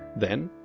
then,